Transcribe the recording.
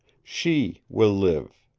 she will live.